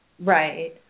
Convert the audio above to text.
Right